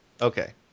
Okay